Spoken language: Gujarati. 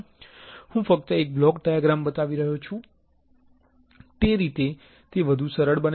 હું ફક્ત એક બ્લોક ડાયાગ્રામ બતાવી રહ્યો છું તે રીતે તે વધુ સરળ બને છે